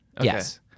Yes